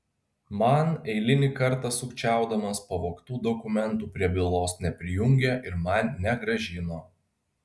man eilinį kartą sukčiaudamas pavogtų dokumentų prie bylos neprijungė ir man negrąžino